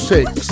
Six